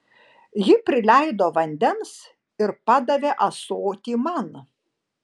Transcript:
ji prileido vandens ir padavė ąsotį man